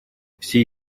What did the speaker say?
все